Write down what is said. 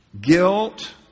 guilt